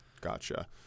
gotcha